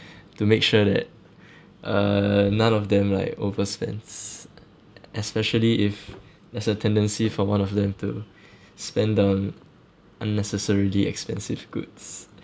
to make sure that uh none of them like overspends especially if there's a tendency for one of them to spend the unnecessarily expensive goods